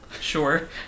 sure